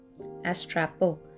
astrapo